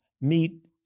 meet